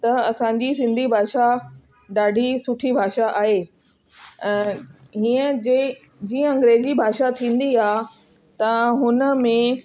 त असांजी सिंधी भाषा ॾाढी सुठी भाषा आहे हीअं जे जीअं अंग्रेजी भाषा थींदी आहे त हुन में